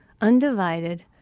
undivided